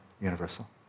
universal